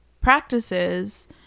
practices